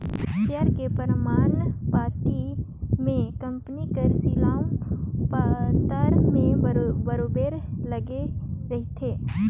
share के परमान पाती में कंपनी कर सील ओ पतर में बरोबेर लगे रहथे